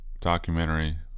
Documentary